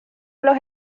los